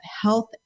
health